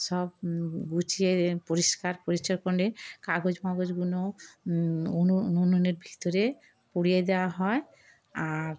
সব গুছিয়ে পরিষ্কার পরিচ্ছন্ন করে কাগজ মাগজগুলো উন উনুনের ভিতরে পুড়িয়ে দেওয়া হয় আর